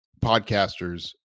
podcasters